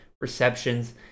receptions